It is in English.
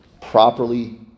properly